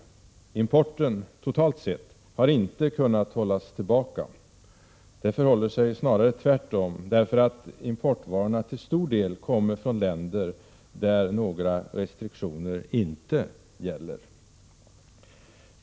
Importen, totalt sett, har inte kunnat hållas tillbaka. Det förhåller sig snarare tvärtom, därför att importvarorna till stor del kommer från länder där några restriktioner inte gäller.